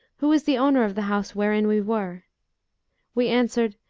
who is the owner of the house wherein we were we answered,